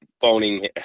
phoning